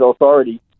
authority